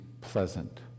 pleasant